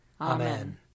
Amen